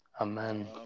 Amen